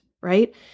right